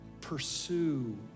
pursue